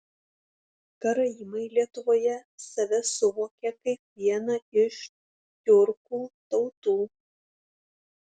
karaimai lietuvoje save suvokia kaip vieną iš tiurkų tautų